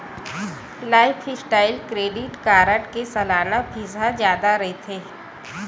lifestyle credit card के सलाना fees ह जादा रहिथे